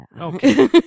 Okay